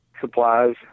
supplies